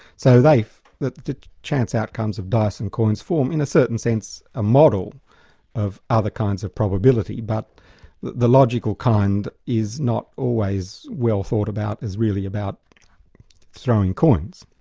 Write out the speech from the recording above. so they, the the chance outcomes of dice and coins form, in a certain sense, a model of other kinds of probability, but the the logical kind is not always well thought about, is really about throwing coins.